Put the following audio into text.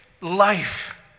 life